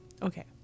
Okay